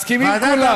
מסכימים כולם.